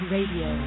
Radio